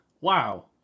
Wow